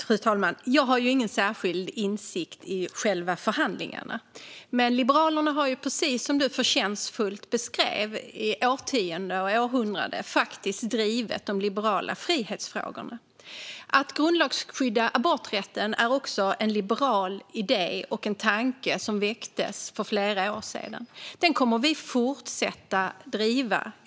Fru talman! Jag har ingen särskild insyn i själva förhandlingarna. Men Liberalerna har, precis som Sofia Amloh förtjänstfullt beskrev, i årtionden och i ett århundrade faktiskt drivit de liberala frihetsfrågorna. Att grundlagsskydda aborträtten är en liberal idé och tanke som väcktes för flera år sedan. Den frågan kommer vi att fortsätta driva.